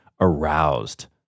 Aroused